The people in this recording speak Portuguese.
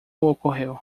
ocorreu